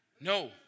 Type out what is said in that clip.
No